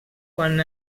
quan